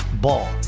Ball